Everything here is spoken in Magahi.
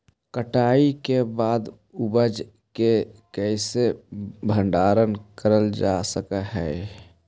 कटाई के बाद उपज के कईसे भंडारण करल जा सक हई?